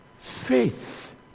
faith